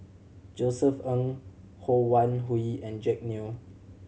Josef Ng Ho Wan Hui and Jack Neo